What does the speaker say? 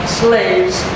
slaves